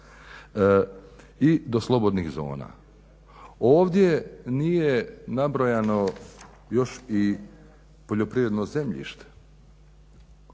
i do slobodnih zona. Ovdje nije nabrojano još i poljoprivredno zemljište.